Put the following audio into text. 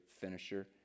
finisher